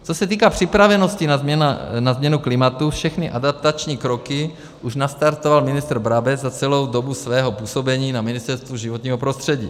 Co se týká připravenosti na změnu klimatu, všechny adaptační kroky už nastartoval ministr Brabec za celou dobu svého působení na Ministerstvu životního prostředí.